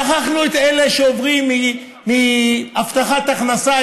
שכחנו את אלה שעוברים מהבטחת הכנסה,